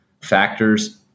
factors